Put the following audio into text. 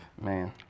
Man